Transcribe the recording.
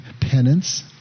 penance